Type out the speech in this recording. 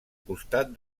costat